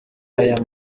aya